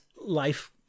life